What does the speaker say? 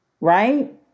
right